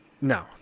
No